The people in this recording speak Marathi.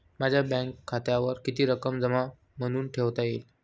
माझ्या बँक खात्यावर किती रक्कम जमा म्हणून ठेवता येईल?